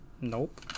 Nope